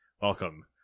Welcome